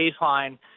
baseline